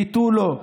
ותו לא.